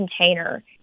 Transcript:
container